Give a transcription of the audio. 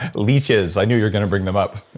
leeches, i knew you're going to bring them up